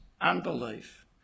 unbelief